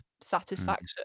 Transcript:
satisfaction